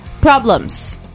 problems